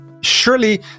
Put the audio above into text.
surely